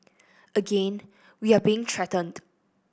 again we are being threatened